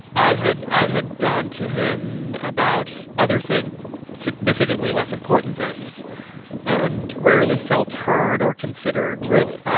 i had i had gone to him about other things significantly less important things and rarely felt heard or considered really?